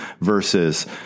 versus